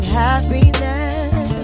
happiness